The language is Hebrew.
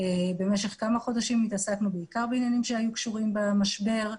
ובמשך כמה חודשים התעסקנו בעיקר בעניינים שהיו קשורים במשבר.